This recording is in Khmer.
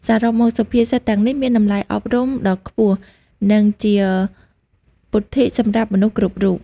សរុបមក សុភាសិតទាំងនេះមានតម្លៃអប់រំដ៏ខ្ពស់ និងជាពុទ្ធិសម្រាប់មនុស្សគ្រប់រូប។